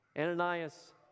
Ananias